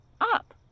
up